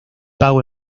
pago